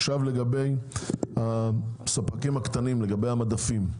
עכשיו לגבי הספקים הקטנים, לגבי המדפים.